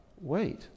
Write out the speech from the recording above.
wait